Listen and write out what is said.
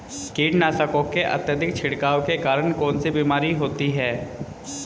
कीटनाशकों के अत्यधिक छिड़काव के कारण कौन सी बीमारी होती है?